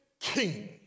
king